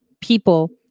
people